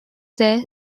there